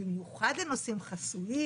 במיוחד לנושאים חסויים.